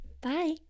bye